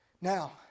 Now